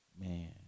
Man